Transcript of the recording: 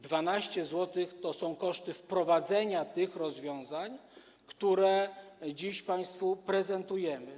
12 mln zł to są koszty wprowadzenia rozwiązań, które dziś państwu prezentujemy.